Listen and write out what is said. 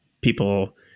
people